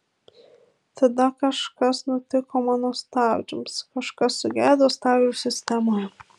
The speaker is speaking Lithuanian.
tada kažkas nutiko mano stabdžiams kažkas sugedo stabdžių sistemoje